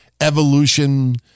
evolution